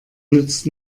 nützt